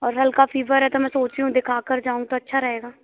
और हल्का फीवर है तो मैं सोच रही हूँ दिखाकर जाऊँ तो अच्छा रहेगा